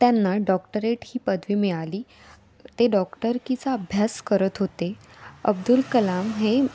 त्यांना डॉक्टरेट ही पदवी मिळाली ते डॉक्टरकीचा अभ्यास करत होते अब्दुल कलाम हे